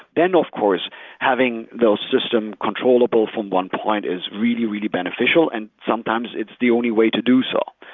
then of course having those system controllable from one point is really, really beneficial and sometimes it's the only way to do so.